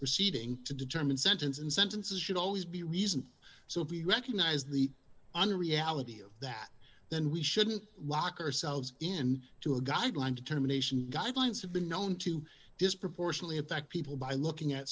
proceeding to determine sentence and sentences should always be reason so if we recognize the unreality of that then we shouldn't walk ourselves in to a guideline determination guidelines have been known to disproportionately affect people by looking at